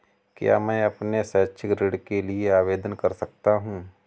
क्या मैं अपने शैक्षिक ऋण के लिए आवेदन कर सकता हूँ?